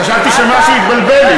חשבתי שמשהו התבלבל לי,